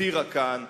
הותירה כאן,